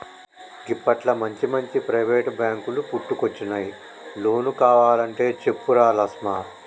గిప్పట్ల మంచిమంచి ప్రైవేటు బాంకులు పుట్టుకొచ్చినయ్, లోన్ కావలంటే చెప్పురా లస్మా